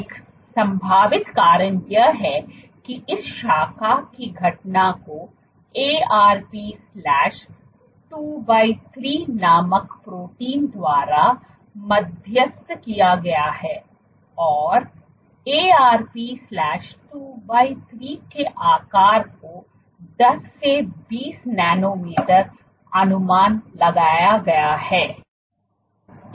एक संभावित कारण यह है कि इस शाखा की घटना को Arp 23 नामक प्रोटीन द्वारा मध्यस्थ किया गया है और Arp 23 के आकार को 10 से 20 नैनोमीटर अनुमान लगाया गया है